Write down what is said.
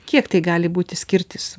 kiek tai gali būti skirtis